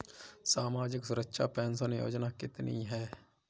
सामाजिक सुरक्षा पेंशन योजना कितनी हैं?